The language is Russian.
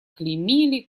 клеймили